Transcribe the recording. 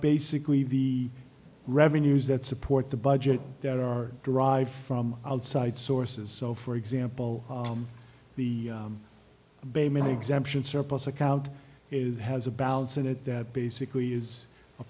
basically the revenues that support the budget that are derived from outside sources so for example the bay many exemption surplus account has a balance in it that basically is a